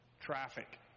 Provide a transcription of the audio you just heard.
Traffic